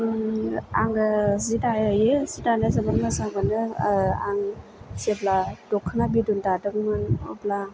आङो जि दायो जि दानो जोबोद मोजां मोनो आं जेब्ला दख'ना बिदन दादोंमोन अब्ला